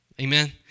Amen